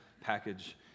package